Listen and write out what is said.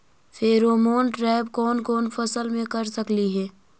Pheromone trap कोन कोन फसल मे कर सकली हे?